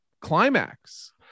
climax